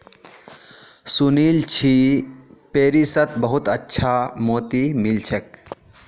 सुनील छि पेरिसत बहुत अच्छा मोति मिल छेक